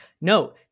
No